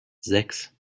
sechs